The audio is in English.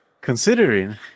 Considering